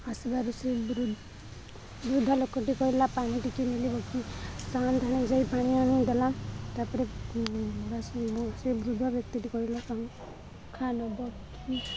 ଆସିବାରୁ ସେ ବଦ୍ଧ ବୃଦ୍ଧ ଲୋକଟି କହିଲା ପାଣି ଟିକି ମିିଲିକି ସାାନ ଦାନ ଯାଇ ପାଣି ଆଣେଇଦେଲା ତାପରେ ବା ସେ ବୃଦ୍ଧ ବ୍ୟକ୍ତିଟି କହିଲା କ ଖା ନବ